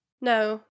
No